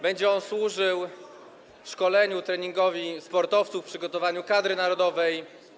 Będzie on służył szkoleniu, treningowi sportowców, przygotowaniu kadry narodowej.